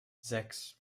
sechs